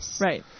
Right